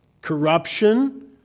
corruption